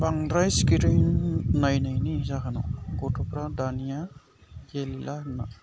बांद्राय स्क्रिन नायनायनि जाहोनाव गथ'फ्रा दानिया गेलेला होनना